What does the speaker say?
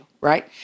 right